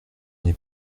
n’ai